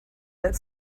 that